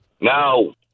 No